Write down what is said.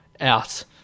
out